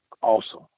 awesome